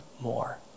more